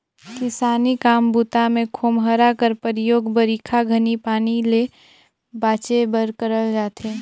किसानी काम बूता मे खोम्हरा कर परियोग बरिखा घनी पानी ले बाचे बर करल जाथे